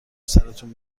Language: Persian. سرتون